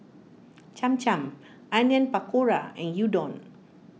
Cham Cham Onion Pakora and Gyudon